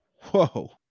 Whoa